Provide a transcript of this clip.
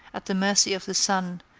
at the mercy of the sun,